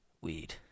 weed